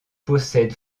possède